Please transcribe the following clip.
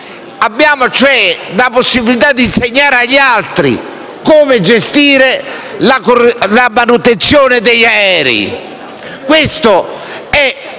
cioè, la possibilità di insegnare agli altri come gestire la manutenzione degli aerei.